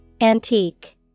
Antique